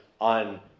on